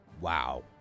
wow